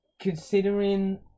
Considering